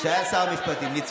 אני הייתי בכנסת הקודמת.